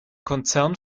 konzern